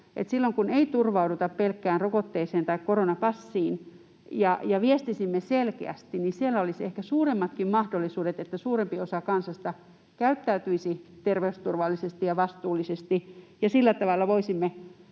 silloin, kun ei turvauduta pelkkään rokotteeseen tai koronapassiin ja kun viestimme selkeästi, olisi ehkä suuremmatkin mahdollisuudet, että suurempi osa kansasta käyttäytyisi terveysturvallisesti ja vastuullisesti, ja sillä tavalla voisimme